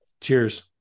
Cheers